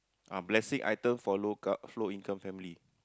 ah blessing item for low co~ low income family